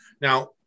Now